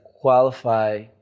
qualify